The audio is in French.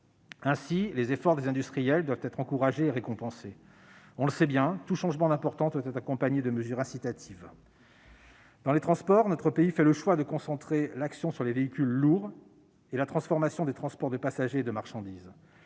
Ainsi, les efforts des industriels doivent être encouragés et récompensés. On le sait bien, tout changement d'importance doit être accompagné de mesures incitatives. En ce qui concerne les transports, notre pays fait le choix de concentrer son action sur les véhicules lourds et sur la transformation du transport de passagers et de marchandises.